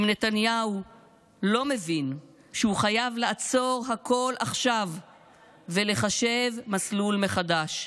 אם נתניהו לא מבין שהוא חייב לעצור הכול עכשיו ולחשב מסלול מחדש,